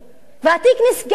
והתיק נסגר.